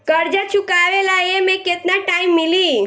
कर्जा चुकावे ला एमे केतना टाइम मिली?